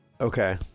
okay